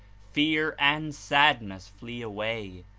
fear and sad ness flee away,